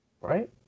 Right